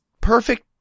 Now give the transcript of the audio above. perfect